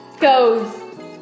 goes